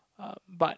uh but